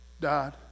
died